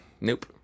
Nope